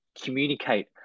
communicate